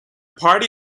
party